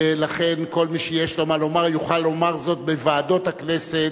ולכן כל מי שיש לו מה לומר יוכל לומר זאת בוועדות הכנסת.